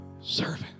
servant